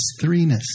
threeness